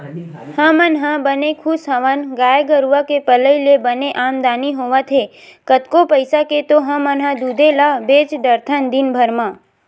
हमन ह बने खुस हवन गाय गरुचा के पलई ले बने आमदानी होवत हे कतको पइसा के तो हमन दूदे ल बेंच डरथन दिनभर म